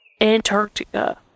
Antarctica